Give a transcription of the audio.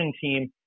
team